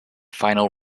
final